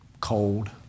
cold